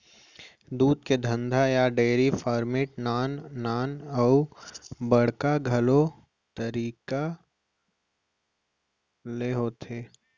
दूद के धंधा या डेरी फार्मिट नान नान अउ बड़का घलौ तरीका ले होथे